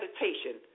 Meditation